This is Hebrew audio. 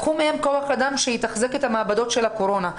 לקחו מהן כוח אדם שיתחזק את המעבדות של הקורונה,